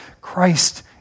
Christ